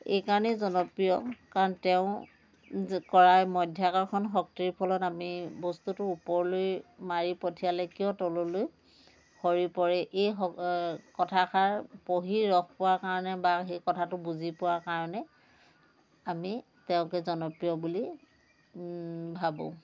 এই কাৰণেই জনপ্ৰিয় কাৰণ তেওঁ কৰা মধ্যাকৰ্ষণ শক্তিৰ ফলত আমি বস্তুটো ওপৰলৈ মাৰি পঠিয়ালে কিয় তললৈ সৰি পৰে এই স এই কথাষাৰ পঢ়ি ৰস পোৱাৰ কাৰণে বা এই কথাটো বুজি পোৱাৰ কাৰণে আমি তেওঁকে জনপ্ৰিয় বুলি ভাবোঁ